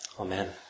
Amen